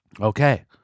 Okay